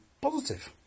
positive